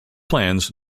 plans